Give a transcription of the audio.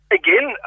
again